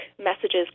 messages